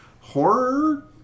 horror